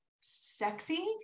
sexy